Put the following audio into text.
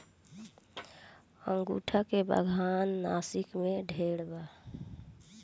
अंगूर के बागान नासिक में ढेरे बा